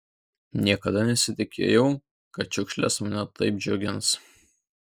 niekada nesitikėjau kad šiukšlės mane taip džiugins